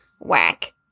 whack